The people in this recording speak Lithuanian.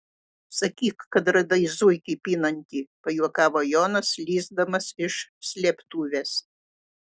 sakyk kad radai zuikį pinantį pajuokavo jonas lįsdamas iš slėptuvės